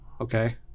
Okay